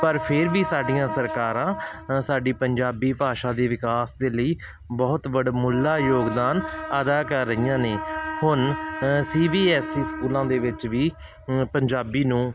ਪਰ ਫਿਰ ਵੀ ਸਾਡੀਆਂ ਸਰਕਾਰਾਂ ਸਾਡੀ ਪੰਜਾਬੀ ਭਾਸ਼ਾ ਦੇ ਵਿਕਾਸ ਦੇ ਲਈ ਬਹੁਤ ਵਡਮੁੱਲਾ ਯੋਗਦਾਨ ਅਦਾ ਕਰ ਰਹੀਆਂ ਨੇ ਹੁਣ ਸੀ ਬੀ ਐਸ ਈ ਸਕੂਲਾਂ ਦੇ ਵਿੱਚ ਵੀ ਪੰਜਾਬੀ ਨੂੰ